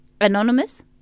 Anonymous